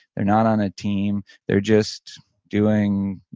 they're not on a team, they're just doing,